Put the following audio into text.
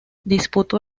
disputó